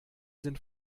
sind